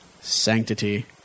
sanctity